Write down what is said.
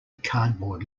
cardboard